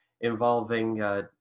involving